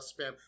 Spam